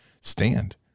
Stand